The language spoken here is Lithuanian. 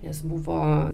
nes buvo